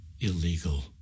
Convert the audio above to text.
illegal